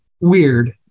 weird